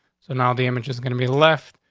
so now the image is gonna be left.